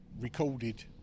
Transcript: recorded